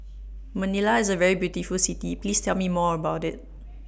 Manila IS A very beautiful City Please Tell Me More about IT